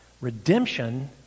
redemption